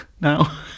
now